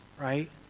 right